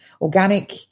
organic